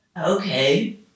okay